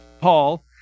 Paul